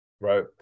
Right